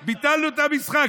אוהדים, ביטלנו את המשחק.